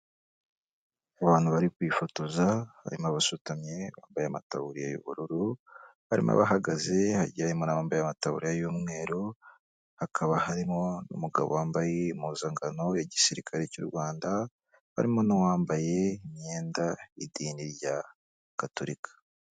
Abantu bari kwifotoza harimo abasutamye bambaye amataburiya y'ubururu, barimo abahagaze hagiye harimo n'abambaye amataburiya y'umweru, hakaba harimo n'umugabo wambaye impuzankano y'igisirikare cy'u Rwanda barimo n'uwambaye imyenda y'idini rya Gatorika.